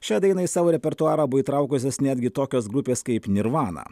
šią dainą į savo repertuarą buvo įtraukusios netgi tokios grupės kaip nirvana